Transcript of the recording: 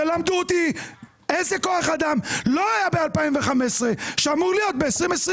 תלמדו אותי איזה כוח אדם לא היה ב-2015 שאמור להיות ב-2024?